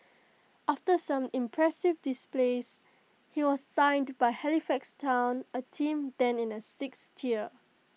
after some impressive displays he was signed by Halifax Town A team then in the sixth tier